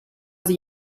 sie